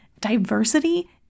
diversity